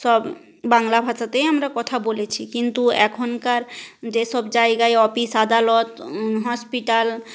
সব বাংলা ভাষাতেই আমরা কথা বলেছি কিন্তু এখনকার যেসব জায়গায় অফিস আদালত হসপিটাল